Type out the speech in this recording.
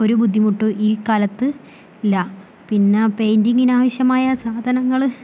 ഒരു ബുദ്ധിമുട്ടും ഈ കാലത്ത് ഇല്ല പിന്നെ പെയിന്റിങ്ങിന് ആവശ്യമായ സാധനങ്ങൾ